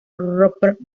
rupert